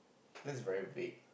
that's very vague